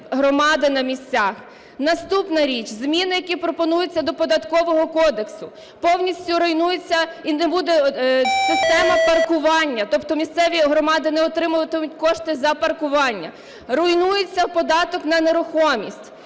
Наступна річ – зміни, які пропонуються до Податкового кодексу. Повністю руйнується система паркування, тобто місцеві громади не отримуватимуть кошти за паркування. Руйнується податок на нерухомість.